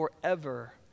forever